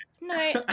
No